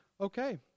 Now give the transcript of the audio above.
Okay